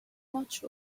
much